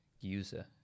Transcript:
user